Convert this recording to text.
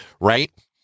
right